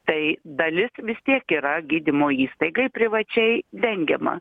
tai dalis vis tiek yra gydymo įstaigai privačiai dengiama